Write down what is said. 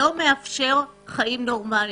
לא מאפשר אורח חיים נורמלי.